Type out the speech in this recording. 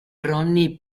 ronnie